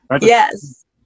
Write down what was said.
Yes